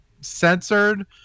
censored